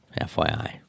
FYI